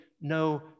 no